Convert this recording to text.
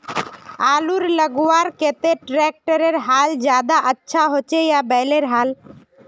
आलूर लगवार केते ट्रैक्टरेर हाल ज्यादा अच्छा होचे या बैलेर हाल?